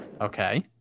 Okay